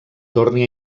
torni